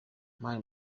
mani